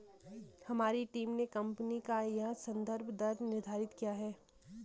हमारी टीम ने कंपनी का यह संदर्भ दर निर्धारित किया है